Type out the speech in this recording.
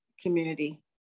community